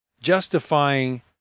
justifying